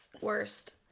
Worst